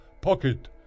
pocket